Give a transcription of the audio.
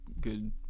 good